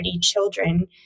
children